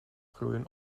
groeien